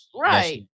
Right